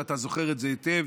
שאתה זוכר את זה היטב,